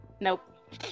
nope